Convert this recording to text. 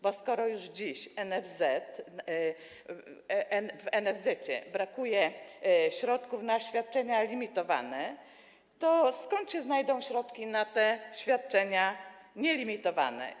Bo skoro już dziś w NFZ-ecie brakuje środków na świadczenia limitowane, to skąd się znajdą środki na świadczenia nielimitowane?